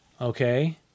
Okay